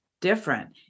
different